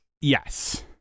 Yes